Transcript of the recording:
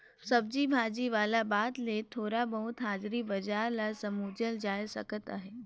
सब्जी भाजी वाला बात ले थोर बहुत हाजरी बजार ल समुझल जाए सकत अहे